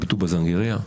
בטובא-זנגרייה,